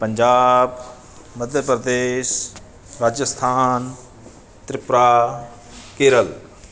Punjab Madhya Pradesh Rajasthan Tripura Kerala